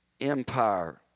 Empire